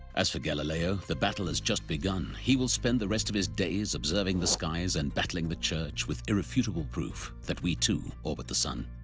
as for galileo, the battle has just begun. he will spend the rest of his days observing the skies and battling the church with irrefutable proof that we, too, orbit the sun.